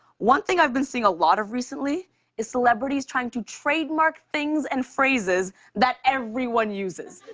one thing i've been seeing a lot of recently is celebrities trying to trademark things and phrases that everyone uses.